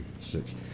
six